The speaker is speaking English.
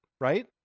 right